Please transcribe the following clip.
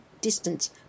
distance